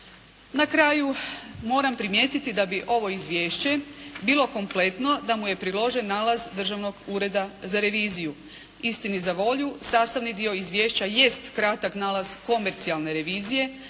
Na kraju, moram primijetiti da bi ovo izvješće bilo kompletno da mu je priložen nalaz Državnog ureda za reviziju. Istini za volju, sastavni dio izvješća jest kratak nalaz komercijalne revizije